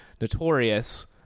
Notorious